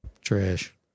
Trash